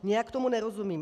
Nějak tomu nerozumím.